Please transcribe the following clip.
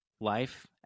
Life